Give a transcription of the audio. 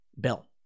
Bill